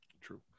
True